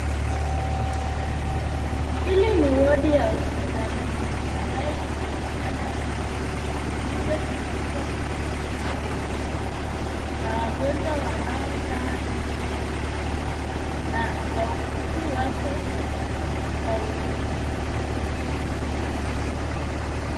Hili ni wodi ya hospitalini, ambayo ikona vitanda vingi vilivyotundikwa kwa shuka nyeupe. Kuna wagonjwa wanaokaa juu ya kitanda na wauguzi wako wakiwahudumia.